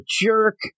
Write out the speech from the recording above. jerk